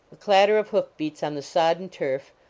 a clatter of hoof-beats on the sodden turf,